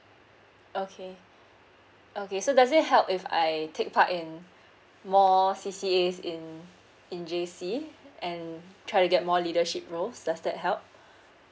okay okay so does it help if I take part in more C C A in in J C and try to get more leadership roles does that help